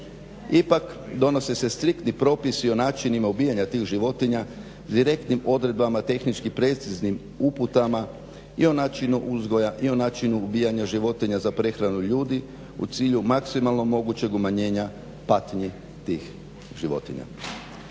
Ipak, donose se striktni propisi o načinima ubijanja tih životinja direktnim odredbama, tehničkim preciznim uputama i o načinu uzgoja i on načinu ubijanja životinja za prehranu ljudi u cilju maksimalnog mogućeg umanjenja patnje tih životinja.